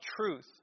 truth